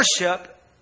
worship